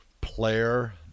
player